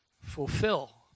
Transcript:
fulfill